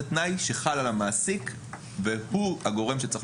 זה תנאי שחל על המעסיק והוא הגורם שצריך